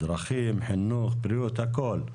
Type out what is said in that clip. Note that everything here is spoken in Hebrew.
דרכים, בריאות, חינוך, הכול.